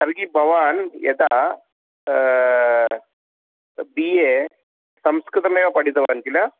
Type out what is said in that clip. तर्हि भवान् यदा बि ए संस्कृतमेव पठितवान् किल